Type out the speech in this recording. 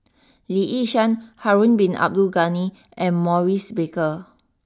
Lee Yi Shyan Harun Bin Abdul Ghani and Maurice Baker